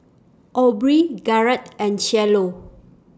Aubrey Garett and Cielo